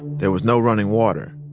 there was no running water.